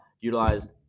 utilized